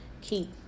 keep